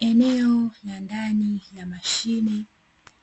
Eneo la ndani ya mashine